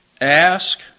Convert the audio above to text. Ask